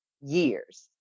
years